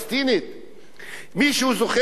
מישהו זוכר שיש התנחלויות?